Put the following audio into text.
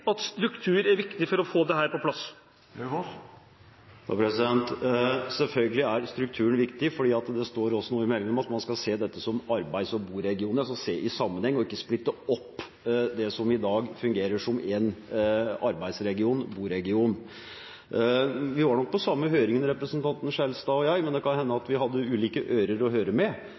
at struktur er viktig for å få dette på plass? Selvfølgelig er strukturen viktig. Det står også noe i meldingen om at man skal se dette som bo- og arbeidsmarkedsregioner, altså se i sammenheng og ikke splitte opp det som i dag fungerer som én bo- og arbeidsmarkedsregion. Vi var nok på samme høring, representanten Skjelstad og jeg, men det kan hende at vi hadde ulike ører å høre med.